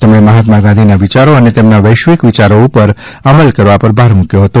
તેમણે મહાત્મા ગાંધીના વિચારો અને તેમના વૈશ્વિક વિચારો ઉપર અમલ કરવા પર ભાર મૂક્યો છે